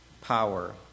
power